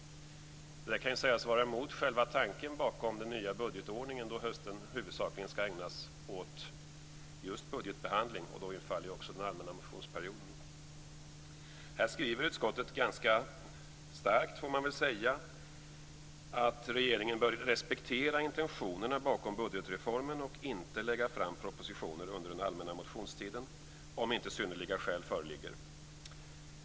Det kan sägas vara emot själva tanken bakom den nya budgetordningen då hösten huvudsakligen skall ägnas åt just budgetbehandling, och då utfaller ju också den allmänna motionsperioden. Här skriver utskottet ganska starkt, får man väl säga, att regeringen bör respektera intentionerna bakom budgetreformen och inte lägga fram propositioner under den allmänna motionstiden om inte synnerliga skäl föreligger.